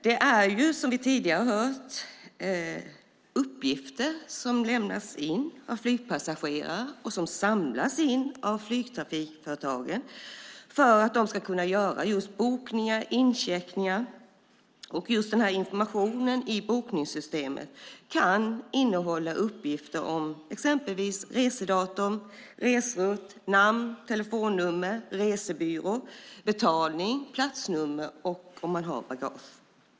Som vi också tidigare hört är det fråga om uppgifter som lämnas av flygpassagerare och som samlas in av flygtrafikföretagen för att dessa ska kunna göra bokningar och incheckningar. Just denna information i bokningssystemet kan innehålla uppgifter om exempelvis resedatum, resrutt, namn, telefonnummer, resebyrå, betalning, platsnummer och eventuellt bagage.